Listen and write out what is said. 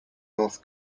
north